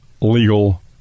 legal